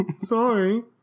sorry